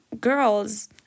girls